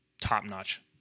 top-notch